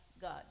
God